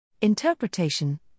Interpretation